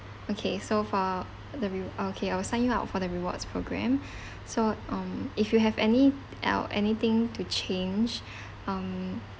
okay so for the re~ uh okay I'll sign you up for the rewards program so um if you have any uh anything to change um